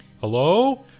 Hello